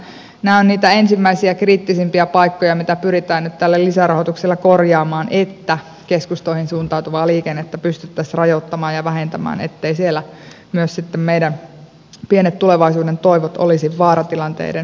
nämä ovat niitä ensimmäisiä kriittisimpiä paikkoja mitä pyritään nyt tällä lisärahoituksella korjaamaan että keskustoihin suuntautuvaa liikennettä pystyttäisiin rajoittamaan ja vähentämään etteivät siellä myös meidän pienet tulevaisuuden toivot olisi vaaratilanteiden äärellä